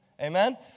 Amen